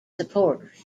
supporters